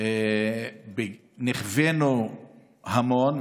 נכווינו המון.